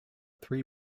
three